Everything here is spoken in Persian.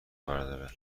برداره